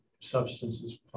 Substances